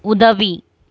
உதவி